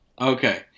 Okay